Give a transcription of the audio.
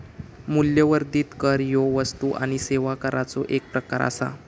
मूल्यवर्धित कर ह्यो वस्तू आणि सेवा कराचो एक प्रकार आसा